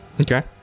Okay